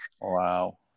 Wow